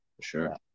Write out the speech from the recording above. sure